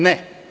Ne.